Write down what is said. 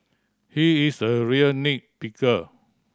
he is a real nit picker